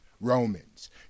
Romans